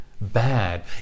bad